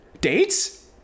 Dates